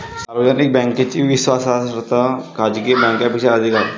सार्वजनिक बँकेची विश्वासार्हता खाजगी बँकांपेक्षा अधिक आहे